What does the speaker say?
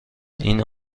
این